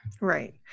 right